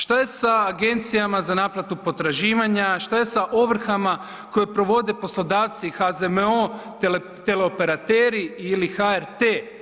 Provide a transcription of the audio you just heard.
Šta je sa agencijama za naplatu potraživanja, šta je sa ovrhama koje provode poslodavci i HZMO, teleoperateri ili HRT?